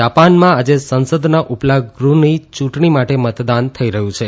જાપાનમાં આજે સંસદના ઉપલા ગૃહની યુંટણી માટે મતદાન થઈ રહયું છે